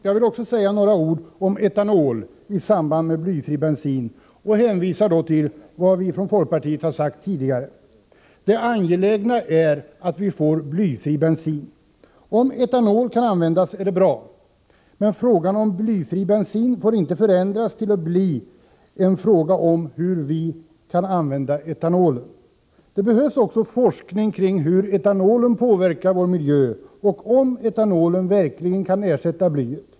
Jag vill också säga några ord om etanol i samband med blyfri bensin, och jag hänvisar då till vad vi från folkpartiet tidigare har framfört. Det angelägna är att vi får blyfri bensin. Om etanol kan användas är det bra, men frågan om blyfri bensin får inte förändras till att bli en fråga om hur vi kan använda etanolen. Det behövs också forskning kring hur etanolen påverkar vår miljö och om huruvida etanolen verkligen kan ersätta blyet.